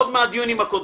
עוד מהדיונים הקודמים.